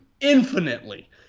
infinitely